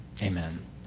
Amen